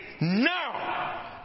now